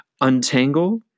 untangle